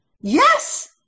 yes